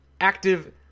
active